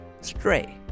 Stray